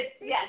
yes